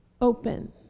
open